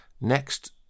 next